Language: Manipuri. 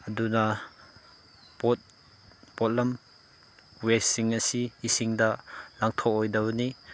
ꯑꯗꯨꯅ ꯄꯣꯠ ꯄꯣꯠꯂꯝ ꯋꯦꯁꯁꯤꯡ ꯑꯁꯤ ꯏꯁꯤꯡꯗ ꯂꯪꯊꯣꯛꯑꯣꯏꯗꯕꯅꯤ